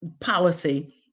Policy